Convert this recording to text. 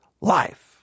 life